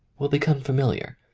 will become familiar.